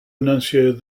enunciated